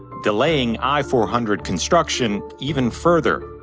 delaying i four hundred construction even further.